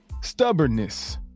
stubbornness